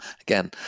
again